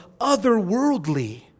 otherworldly